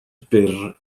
byr